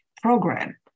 program